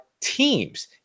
teams